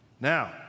Now